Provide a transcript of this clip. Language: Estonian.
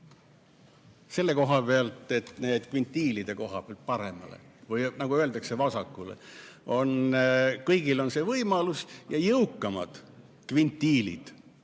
selle koha pealt, nende kvintiilide koha pealt paremale või nagu öeldakse, vasakule. Kõigil on see võimalus ja jõukamad kvintiilid